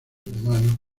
humanos